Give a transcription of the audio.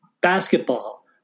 basketball